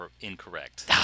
incorrect